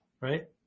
right